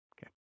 Okay